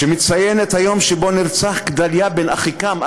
שמציין את היום שבו נרצח גדליה בן אחיקם.